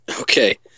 Okay